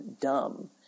dumb